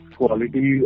quality